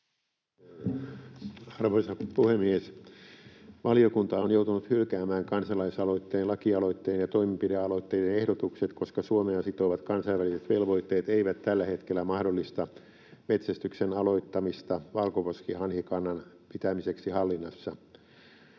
Arvoisa puhemies! Valiokunta on joutunut hylkäämään kansalaisaloitteen, lakialoitteen ja toimenpidealoitteiden ehdotukset, koska Suomea sitovat kansainväliset velvoitteet eivät tällä hetkellä mahdollista metsästyksen aloittamista valkoposkihanhikannan pitämiseksi hallinnassa.